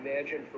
imagine